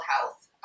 health